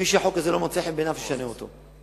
מי שהחוק הזה לא מוצא חן בעיניו שישנה אותו.